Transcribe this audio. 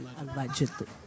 allegedly